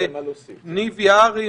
ניב יערי,